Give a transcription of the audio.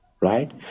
Right